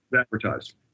advertised